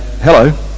Hello